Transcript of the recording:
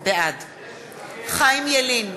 בעד חיים ילין,